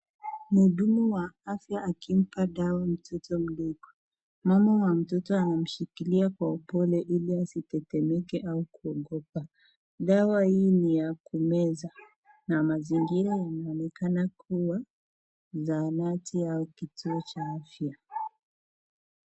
Mhudumu wa afya akimpa dawa mtoto mdogo. Mama wa mtoto amemshikilia kwa upole ili asitetemeke au kuanguka. Dawa hii ni ya kumeza na mazingira inaonekana kuwa zahanati au kituo cha afya.